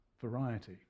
variety